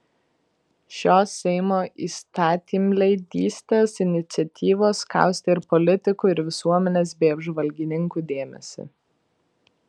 šios seimo įstatymleidystės iniciatyvos kaustė ir politikų ir visuomenės bei apžvalgininkų dėmesį